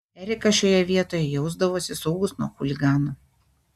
erikas šioje vietoje jausdavosi saugus nuo chuliganų